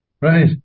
Right